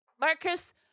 Marcus